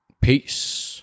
peace